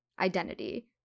Identity